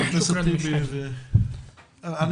אני